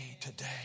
today